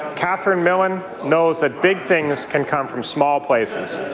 catherine millen knows that big things can come from small places.